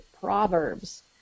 Proverbs